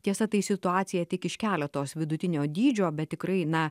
tiesa tai situacija tik iš keleto vidutinio dydžio bet tikrai na